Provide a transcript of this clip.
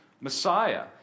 Messiah